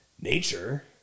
nature